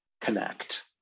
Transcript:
connect